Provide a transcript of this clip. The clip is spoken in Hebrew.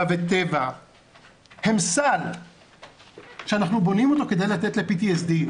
וטבע הם סל שאנחנו בונים אותו כדי לתת ל-PTSD.